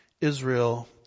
Israel